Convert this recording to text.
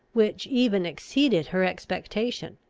which even exceeded her expectation.